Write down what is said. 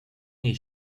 niej